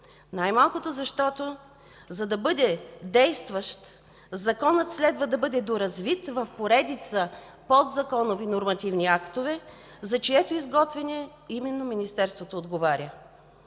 най-малкото, защото, за да бъде действащ Законът, следва да бъде доразвит в поредица подзаконови нормативни актове, за чието изготвяне именно Министерството отговаря.